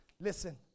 Listen